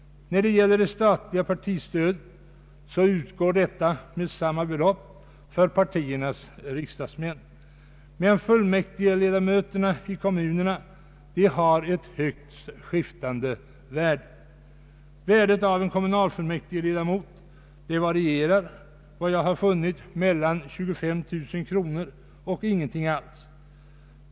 Det statliga partistödet utgår med samma belopp för partiernas riksdagsmän, medan ledamöterna i kommunernas fullmäktige har ett högst skiftande värde. Värdet av en ledamot i kommunalfullmäktige varierar — har jag funnit — mellan 25 000 kronor och ingenting alls .